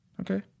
Okay